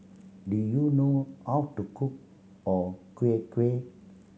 do you know how to cook o kueh kueh